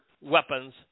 weapons